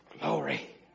Glory